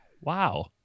Wow